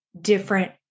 different